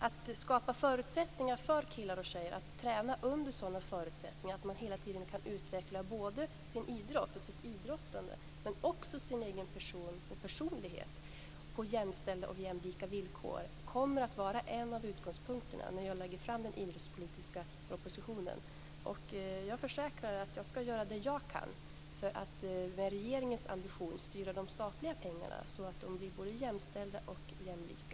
Att skapa förutsättningar för killar och tjejer att träna under sådana förutsättningar att man hela tiden kan utveckla både sitt idrottande och sin personlighet på jämställda och jämlika villkor kommer att vara en av utgångspunkterna när jag lägger fram den idrottspolitiska propositionen. Jag försäkrar att jag skall göra det jag kan för att i enlighet med regeringens ambition styra de statliga pengarna så att de blir både jämställda och jämlika.